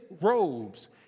robes